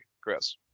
Chris